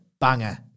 banger